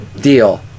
Deal